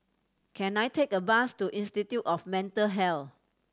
can I take a bus to Institute of Mental Health